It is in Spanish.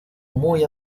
muy